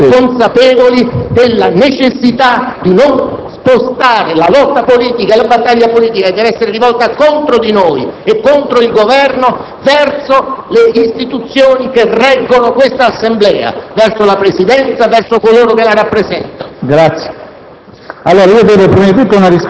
Voi dovreste - ma non mi permetto di dare consigli all'opposizione - essere consapevoli della necessità di non spostare la lotta e la battaglia politica - che deve essere rivolta contro di noi e contro il Governo - verso le istituzioni che reggono questa Assemblea,